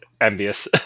envious